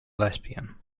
lesbian